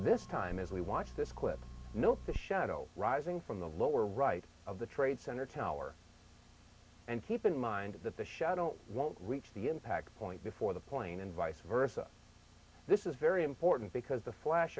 this time as we watch this quick note the shadow rising from the lower right of the trade center tower and keep in mind that the shuttle won't reach the impact point before the plane and vice versa this is very important because the flash